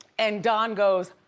and don goes,